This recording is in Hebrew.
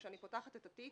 כשאני פותחת את התיק,